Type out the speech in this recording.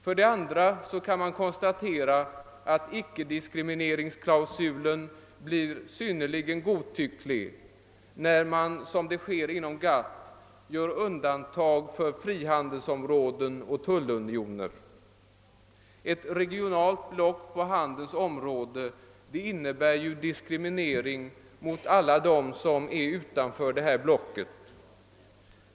För det andra kan konstateras att icke-diskrimineringsklausulen blir synnerligen godtycklig när man, som sker inom GATT, gör undantag för frihandelsområden och tullunioner. Ett regionalt block på handelns område innebär diskriminering mot alla dem som är utanför blocket.